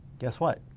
guess what?